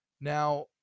now